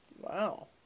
Wow